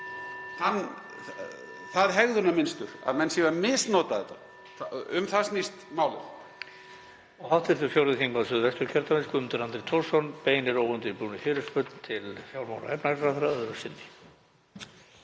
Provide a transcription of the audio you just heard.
það hegðunarmynstur að menn séu að misnota þetta. Um það snýst málið.